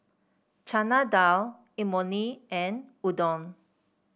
Chana Dal Imoni and Udon